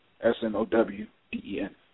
S-N-O-W-D-E-N